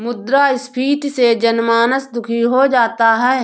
मुद्रास्फीति से जनमानस दुखी हो जाता है